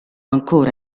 ancora